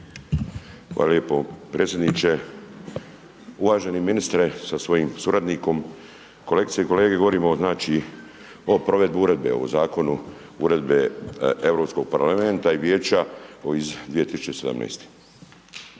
Hvala lijepo predsjedniče. Uvaženi ministre sa svojim suradnikom, kolegice i kolege, govorimo znači o provedbi uredbe o zakonu uredbe Europskog parlamenta i vijeća iz 2017.